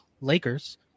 Lakers